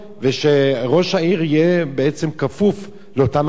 ושראש העיר יהיה בעצם כפוף לאותן הנחיות.